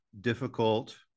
difficult